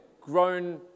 grown